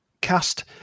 cast